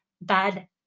bad